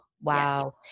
Wow